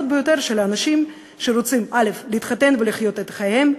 ביותר של אנשים שרוצים להתחתן ולחיות את חייהם,